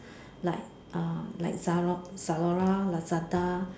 like uh like Zealot Zalora Lazada